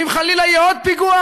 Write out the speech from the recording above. ואם חלילה יהיה עוד פיגוע,